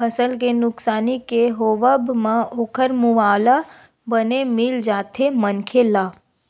फसल के नुकसानी के होवब म ओखर मुवाला बने मिल जाथे मनखे ला